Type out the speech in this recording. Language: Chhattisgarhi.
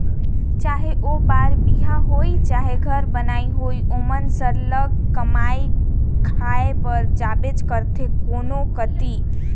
चहे ओ बर बिहा होए चहे घर बनई होए ओमन सरलग कमाए खाए बर जाबेच करथे कोनो कती